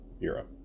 Europe